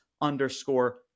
underscore